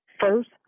first